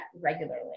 regularly